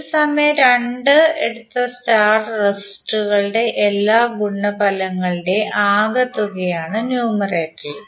ഒരു സമയം 2 എടുത്ത സ്റ്റാർ റെസിസ്റ്ററുകളുടെ എല്ലാ ഗുണന ഫലങ്ങളുടെയും ആകെത്തുകയാണ് ന്യൂമറേറ്ററിൽ